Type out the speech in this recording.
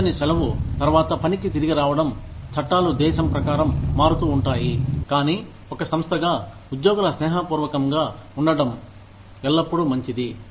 చెల్లించని సెలవు తర్వాత పనికి తిరిగి రావడం చట్టాలు దేశం ప్రకారం మారుతూ ఉంటాయి కానీ ఒక సంస్థగా ఉద్యోగుల స్నేహపూర్వకంగా ఉండటం ఎల్లప్పుడూ మంచిది